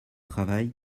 travail